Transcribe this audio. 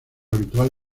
habitual